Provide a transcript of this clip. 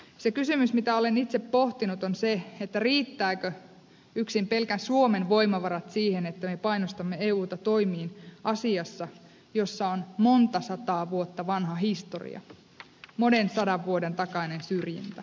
se kysymys mitä olen itse pohtinut on se riittääkö yksin pelkän suomen voimavarat siihen että me painostamme euta toimiin asiassa jolla on monta sataa vuotta vanha historia monen sadan vuoden takainen syrjintä